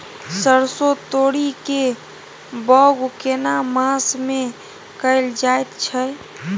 सरसो, तोरी के बौग केना मास में कैल जायत छै?